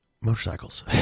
motorcycles